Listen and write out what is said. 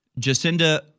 Jacinda